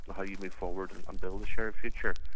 how you move forward and um build a shared future,